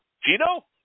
Gino